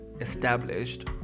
established